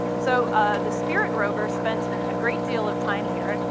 so the spirit rover spent a great deal of time here,